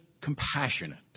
compassionate